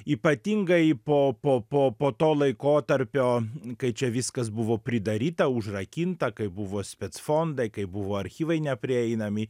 ypatingai po po po po to laikotarpio kai čia viskas buvo pridaryta užrakinta kai buvo spec fondai kai buvo archyvai neprieinami